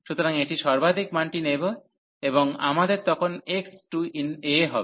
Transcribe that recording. সুতরাং এটি সর্বাধিক মানটি নেবে এবং আমাদের তখন x→a হবে